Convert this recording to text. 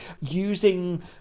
using